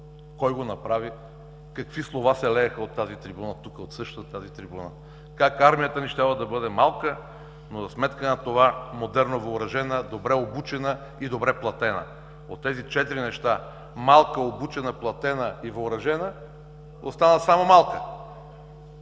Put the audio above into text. кой го направи, какви слова се лееха от тази трибуна, как армията ни щяла да бъде малка, но за сметка на това модерно въоръжена, добре обучена и добре платена. От тези четири неща: малка, обучена, платена и въоръжена, остана само малка.